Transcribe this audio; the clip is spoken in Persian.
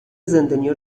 زندانیا